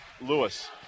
Lewis